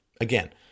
Again